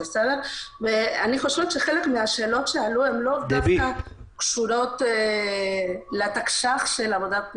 אני חושבת שחלק מהשאלות שעלו לאו דווקא קשורות לתקש"ח של עבודת נשים,